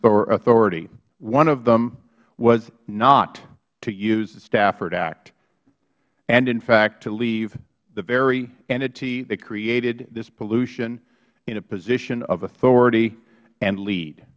authority one of them was not to use the stafford act and in fact to leave the very entity that created this pollution in a position of authority and lead